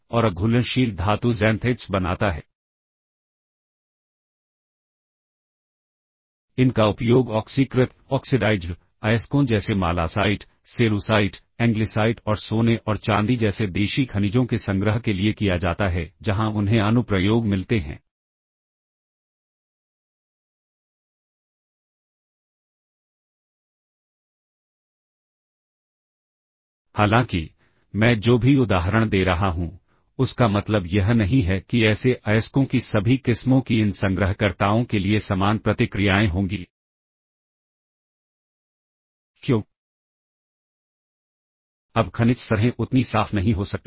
और फिर अगर आप कहते हैं कि मैं इस रजिस्टर B और C को पुश करूंगा तो C रजिस्टर B रजिस्टर यहां सेव हो जाएगा फिर C रजिस्टर यहां सेव हो जाएगा फिर अगर मैं E और E को पुश करूंगा तो E रजिस्टर यहां सेव हो जाएगा और D रजिस्टर सेव किया जाएगा क्षमा करें डी रजिस्टर यहां सेव किया जाएगा और E रजिस्टर यहां सेव किया जाएगा